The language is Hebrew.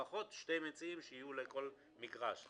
לפחות שני מציעים שיהיו לכל מגרש.